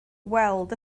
weld